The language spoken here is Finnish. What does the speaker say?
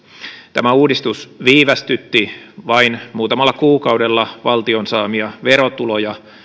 tämä uudistus viivästytti vain muutamalla kuukaudella valtion saamia verotuloja